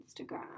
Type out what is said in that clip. instagram